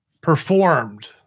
performed